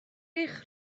eich